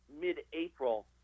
Mid-April